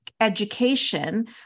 education